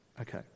Okay